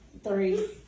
Three